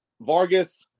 Vargas